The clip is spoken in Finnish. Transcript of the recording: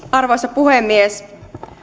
arvoisa puhemies